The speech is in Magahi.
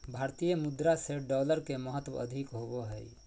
भारतीय मुद्रा से डॉलर के महत्व अधिक होबो हइ